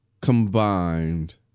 combined